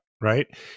right